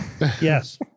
Yes